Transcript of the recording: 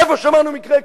איפה שמענו מקרה כזה?